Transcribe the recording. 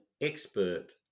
expert